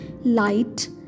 light